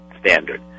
standard